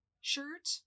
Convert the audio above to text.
shirt